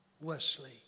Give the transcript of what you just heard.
Wesley